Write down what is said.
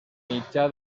mitjà